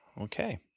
Okay